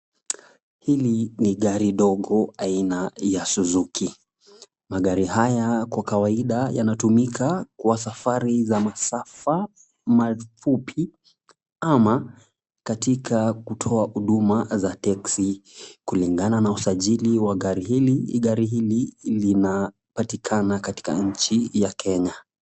Hili ni gari dogo aina ya suzuki. Magari haya kwa kawaida yanatumika kwa safari za masafa mafupi ama katika kutoa huduma za teksi. Kulingana na usajili wa gari hili, gari hili linapatikana katika nchi ya Kenya.